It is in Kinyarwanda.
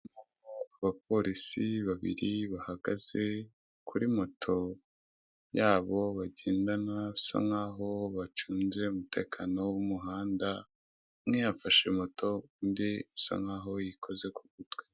Abapolisi babiri bahagaze kuri moto yabo bagendana bisa nkaho bacunze umutekano wo mumuhanda umwe yafashe moto undi bisa nkaho yikoze ku gutwi.